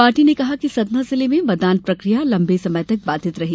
party ने कहा है कि सतना जिले में मतदान प्रकिया लंबे समय तक बाधित रही